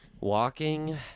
walking